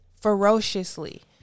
ferociously